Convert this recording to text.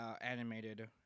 animated